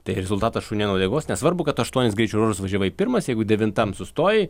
tai rezultatas šuniui and uodegos nesvarbu kad aštuonis greičio ruožus važiavai pirmas jeigu devintam sustojai